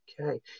okay